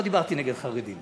לא דיברתי נגד חרדים